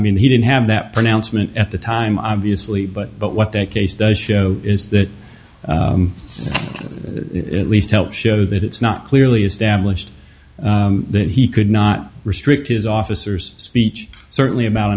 mean he didn't have that pronouncement at the time obviously but but what that case does show is that at least help show that it's not clearly established that he could not restrict his officers speech certainly about